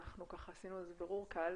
עשינו בירור קל,